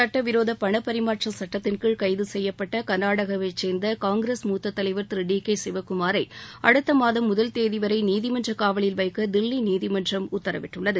சுட்டவிரோத பணப்பரிமாற்ற சுட்டத்தின் கீழ் கைது செய்யப்பட்ட கர்நாடகாவைச் சேர்ந்த காங்கிரஸ் மூத்த தலைவர் திரு டி கே சிவகுமாரை அடுத்த மாதம் முதல் தேதிவரை நீதிமன்ற காவலில் வைக்க தில்லி நீதிமன்றம் உத்தரவிட்டுள்ளது